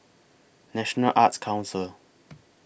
National Arts Council